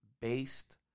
based